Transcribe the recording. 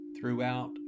throughout